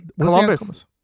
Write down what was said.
Columbus